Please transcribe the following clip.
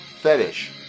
fetish